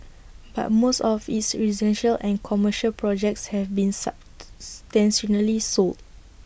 but most of its residential and commercial projects have been substantially sold